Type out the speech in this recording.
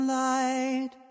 light